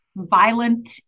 violent